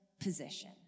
position